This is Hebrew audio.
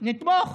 נתמוך.